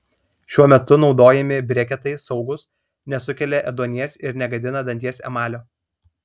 šiuo metu naudojami breketai saugūs nesukelia ėduonies ir negadina danties emalio